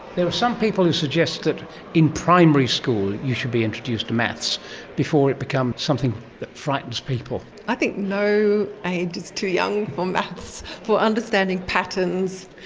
there are some people who suggest suggest that in primary school you should be introduced to maths before it becomes something that frightens people. i think no age is too young for maths, for understanding patterns.